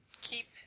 keep